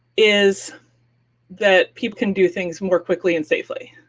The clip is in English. is that people can do things more quickly and safely,